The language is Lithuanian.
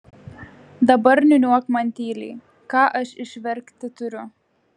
dabar niūniuok man tyliai ką aš išverkti turiu